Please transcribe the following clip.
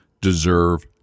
deserve